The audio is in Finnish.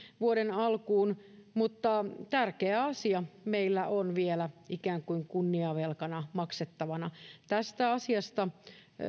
vuoden alkuun mutta tärkeä asia meillä on vielä ikään kuin kunniavelkana maksettavana tästä asiasta